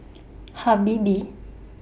Habibie